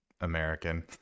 American